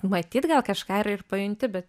matyt gal kažką ir ir pajunti bet